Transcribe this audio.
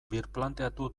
birplanteatu